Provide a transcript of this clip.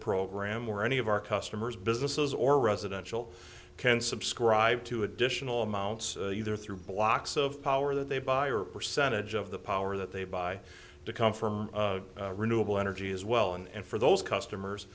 program or any of our customers businesses or residential can subscribe to additional amounts either through blocks of power that they buy or a percentage of the power that they buy to come from renewable energy as well and for those customers